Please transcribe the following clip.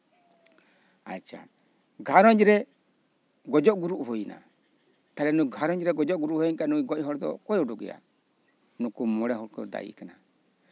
ᱟᱪᱪᱷᱟ ᱜᱷᱟᱸᱨᱚᱧᱡᱽᱨᱮ ᱜᱚᱡᱚᱜ ᱜᱩᱨᱩᱜ ᱦᱩᱭ ᱮᱱᱟ ᱛᱟᱦᱚᱞᱮ ᱜᱷᱟᱸᱨᱚᱧᱡᱽ ᱨᱮ ᱜᱚᱡᱚᱜ ᱜᱩᱨᱩᱜ ᱦᱩᱭᱮᱱ ᱠᱷᱟᱱ ᱱᱩᱭ ᱜᱚᱡ ᱦᱚᱲ ᱫᱚ ᱚᱠᱚᱭ ᱩᱰᱩᱠᱮᱭᱟ ᱱᱩᱠᱩ ᱢᱚᱬᱮ ᱦᱚᱲ ᱠᱚ ᱫᱟᱹᱭᱤ ᱠᱟᱱᱟ